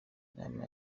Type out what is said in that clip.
inama